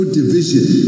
division